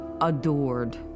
adored